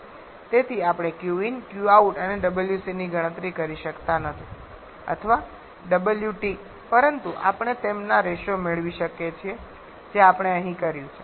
તેથી આપણે qin qout અને wc ની ગણતરી કરી શકતા નથી અથવા wt પરંતુ આપણે તેમના રેશિયો મેળવી શકીએ છીએ જે આપણે અહીં કર્યું છે